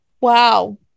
wow